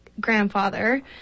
grandfather